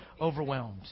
overwhelmed